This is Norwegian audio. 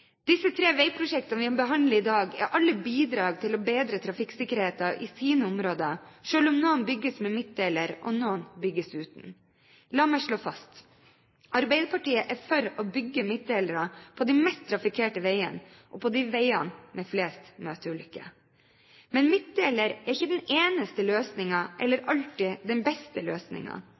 Disse tre veiprosjektene vi behandler i dag, er alle bidrag til å bedre trafikksikkerheten i sine områder, selv om noen bygges med midtdeler og noen bygges uten. La meg slå fast: Arbeiderpartiet er for å bygge midtdelere på de mest trafikkerte veiene og på veiene med flest møteulykker. Men midtdeler er ikke den eneste løsningen eller alltid den beste